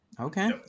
Okay